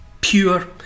pure